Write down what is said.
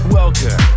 welcome